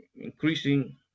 increasing